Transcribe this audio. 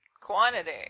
quantity